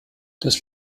das